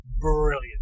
Brilliant